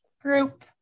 group